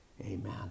amen